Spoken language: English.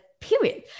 period